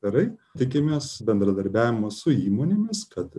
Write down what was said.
daktarai tikimės bendradarbiavimo su įmonėmis kad